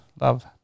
love